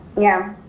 yeah.